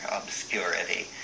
obscurity